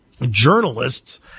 Journalists